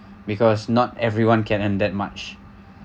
because not everyone can earn that much